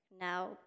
now